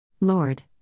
Lord